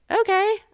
okay